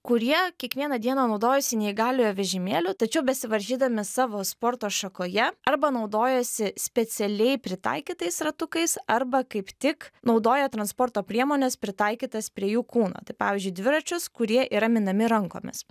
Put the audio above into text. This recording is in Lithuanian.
kurie kiekvieną dieną naudojasi neįgaliojo vežimėliu tačiau besivaržydami savo sporto šakoje arba naudojasi specialiai pritaikytais ratukais arba kaip tik naudoja transporto priemones pritaikytas prie jų kūno tai pavyzdžiui dviračius kurie yra minami rankomis